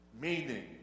Meaning